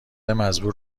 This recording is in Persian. مزبور